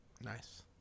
Nice